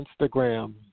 Instagram